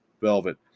Velvet